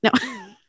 No